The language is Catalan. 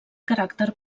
caràcter